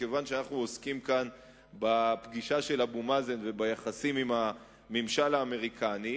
כיוון שאנחנו עוסקים כאן בפגישה של אבו מאזן וביחסים עם הממשל האמריקני,